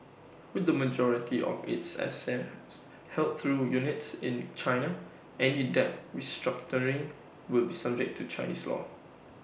with the majority of its assets held through units in China any debt restructuring will be subject to Chinese law